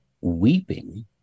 weeping